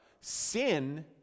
sin